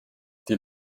die